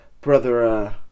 brother